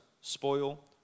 spoil